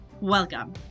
Welcome